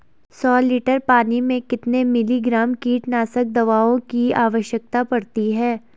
सौ लीटर पानी में कितने मिलीग्राम कीटनाशक दवाओं की आवश्यकता पड़ती है?